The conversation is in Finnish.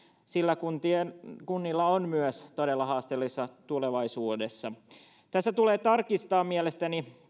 sillä kunnilla on todella haasteellista tulevaisuudessa tämän yhteydessä tulee tarkistaa mielestäni